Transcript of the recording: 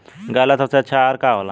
गाय ला सबसे अच्छा आहार का होला?